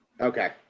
Okay